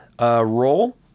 role